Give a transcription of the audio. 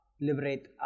liberate